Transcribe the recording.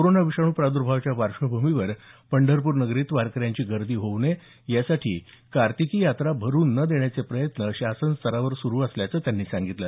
corona विषाणू प्रादर्भावाच्या पार्श्वभूमीवर पंढरपूर नगरीत वारकऱ्यांची गर्दी होऊ नये यासाठी कार्तिकी यात्रा भरू न देण्याचे प्रयत्न शासन स्तरावर सुरू असल्याचं त्यांनी सांगितलं